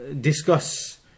discuss